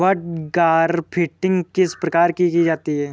बड grafting किस प्रकार की जाती है?